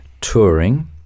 touring